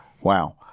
Wow